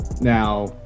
now